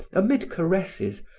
amid caresses,